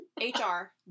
H-R